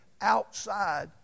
outside